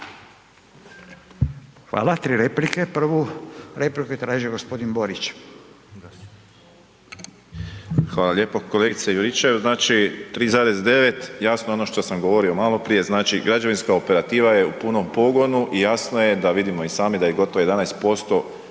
Hvala. Tri replike. Prvu repliku je tražio gospodin Borić. **Borić, Josip (HDZ)** Hvala lijepo. Kolegice Juričev, znači 3,9% jasno ono što sam govorio maloprije, znači građevinska operativa je u punom pogonu i jasno je da vidimo i sami da je gotovo 11%